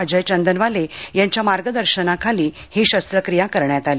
अजय चंदनवाले यांच्या मार्गदर्शनाखाली ही शस्त्रक्रिया करण्यात आली